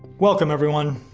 welcome everyone,